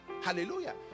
hallelujah